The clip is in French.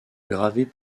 gravées